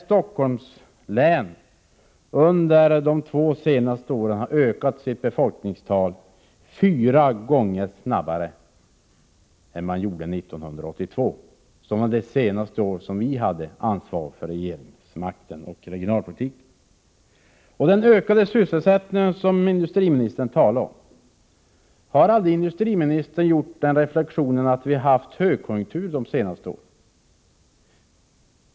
Stockholms län har under de två senaste åren ökat sitt befolkningstal fyra gånger snabbare än 1982, då vi senast hade regeringsmakten och ansvaret för regionalpolitiken. Industriministern talade också om den ökade sysselsättningen. Har aldrig industriministern gjort den reflexionen att vi har haft högkonjunktur de senaste åren?